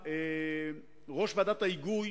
כשראש ועדת ההיגוי